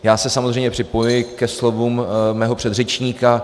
Já se samozřejmě připojuji ke slovům svého předřečníka.